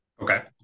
Okay